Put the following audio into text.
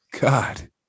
god